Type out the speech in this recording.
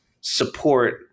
support